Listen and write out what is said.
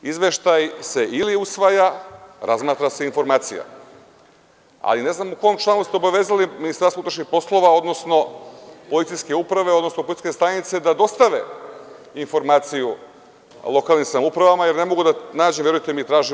Izveštaj se ili usvaja, razmatra se informacija, ali ne znam u kom članu ste obavezali MUP, odnosno policijske uprave, odnosno policijske stanice da dostave informaciju lokalnim samoupravama, jer ne mogu da nađem, uporno tražim.